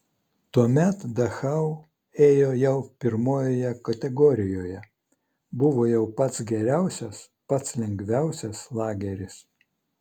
tuomet dachau ėjo jau pirmojoje kategorijoje buvo jau pats geriausias pats lengviausias lageris